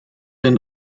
and